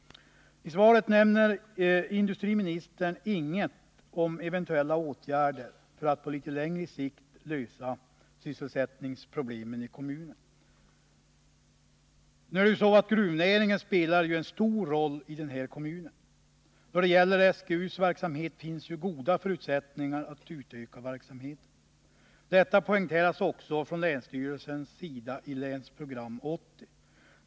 I svaret nämner industriministern inget om eventuella åtgärder för att på litet längre sikt lösa sysselsättningsproblemen i kommunen. Gruvnäringen spelar ju en stor roll i denna kommun. SGU:s verksamhet finns det goda förutsättningar att utöka. Detta poängteras också från länsstyrelsens sida i Länsprogram 80.